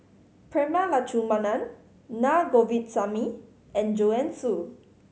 Prema Letchumanan Naa Govindasamy and Joanne Soo